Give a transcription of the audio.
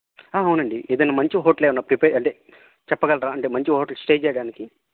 అవునండి ఏదైనా మంచి హోటల్ ఏమైనా ప్రిపే అంటే చెప్పగలరా అంటే మంచి హోటల్ స్టే చెయ్యడానికి